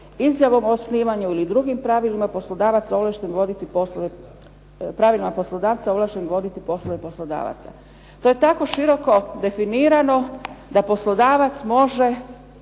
izjavom o osnivanju ili drugim pravilima poslodavaca ovlašten voditi poslove poslodavaca. To je tako široko definirano da poslodavac može